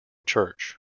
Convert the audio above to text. church